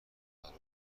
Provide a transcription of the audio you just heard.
هوا